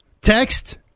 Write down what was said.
Text